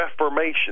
Reformation